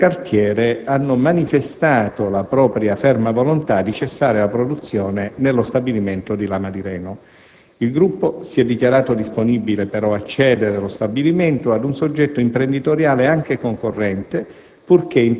Spa hanno manifestato la propria ferma volontà di cessare la produzione nello stabilimento di Lama di Reno. Il gruppo si è dichiarato disponibile però a cedere lo stabilimento a un soggetto imprenditoriale, anche concorrente,